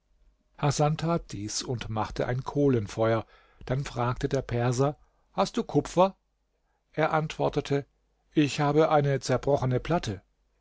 hasan tat dies und machte ein kohlenfeuer dann fragte der perser hast du kupfer er antwortete ich habe eine zerbrochene platte